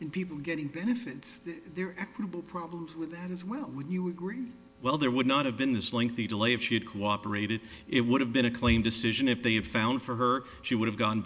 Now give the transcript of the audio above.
and people getting benefits there equitable problems with that as well would you agree well there would not have been this lengthy delay if she had cooperated it would have been a claim decision if they had found for her she would have gone